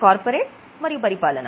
corporate మరియు పరిపాలన